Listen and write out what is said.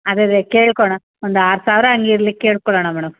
ಅದೆ ಅದೇ ಕೇಳ್ಕೋಣ ಒಂದು ಆರು ಸಾವಿರ ಹಂಗಿರ್ಲಿ ಕೇಳ್ಕೊಳ್ಳೋಣ ಮೇಡಮ್